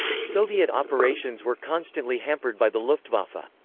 soviet operations were constantly hampered by the luftwaffe.